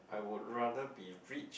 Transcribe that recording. I would rather be rich